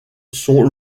sont